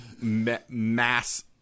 mass